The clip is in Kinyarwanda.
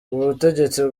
ubutegetsi